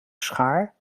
schaar